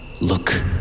Look